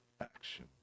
action